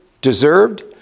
deserved